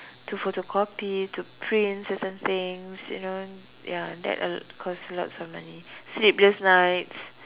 to photocopy to print certain things you know ya that uh costs lots of money sleepless night